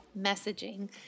messaging